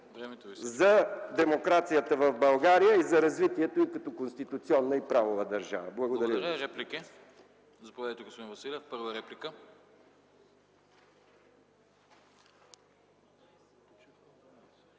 за демокрацията в България и за развитието й като конституционна и правова държава. Благодаря.